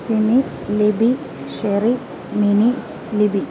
Simi Libi Sheri Mini Libi